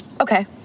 Okay